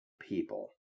people